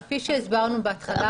אז כפי שהסברנו בהתחלה,